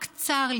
רק צר לי,